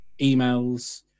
emails